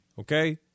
Okay